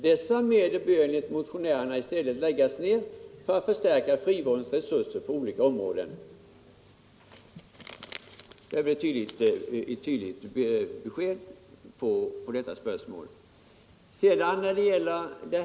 Dessa medel bör enligt motionärerna i stället läggas ner på att förstärka frivårdens resurser på olika områden, —-.” Detta är väl ett tydligt besked på herr Petterssons spörsmål.